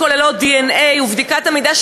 שכוללות דנ"א ובדיקת מידע,